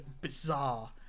bizarre